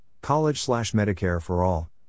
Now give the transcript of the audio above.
college-slash-Medicare-for-all